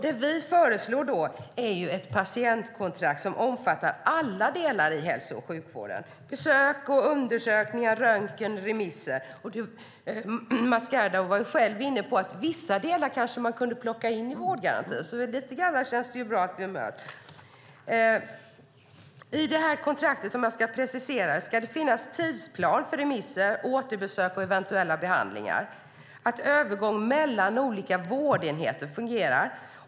Det vi föreslår är ett patientkontrakt som omfattar alla delar i hälso och sjukvården, besök och undersökningar, röntgen och remisser. Mats Gerdau var själv inne på att vissa delar kanske kunde plockas in i vårdgarantin. Det känns bra att vi möts lite grann. I det här kontraktet, som jag ska precisera, ska det finnas en tidsplan för remisser, återbesök och eventuella behandlingar. Det handlar om att övergången mellan olika vårdenheter fungerar.